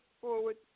forward